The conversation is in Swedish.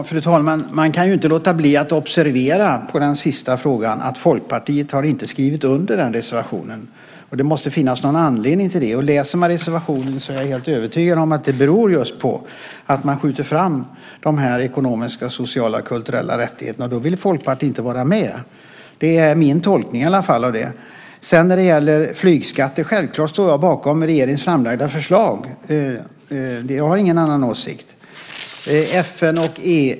Fru talman! När det gäller den sista frågan kan man ju inte låta bli att observera att Folkpartiet inte har skrivit under den reservationen. Det måste finnas någon anledning till det. När jag läser reservationen blir jag helt övertygad om att det beror på att man skjuter fram de ekonomiska, sociala och kulturella rättigheterna. Då vill inte Folkpartiet vara med. Det är i alla fall min tolkning. När det gäller flygskatter står jag självklart bakom regeringens framlagda förslag. Jag har ingen annan åsikt.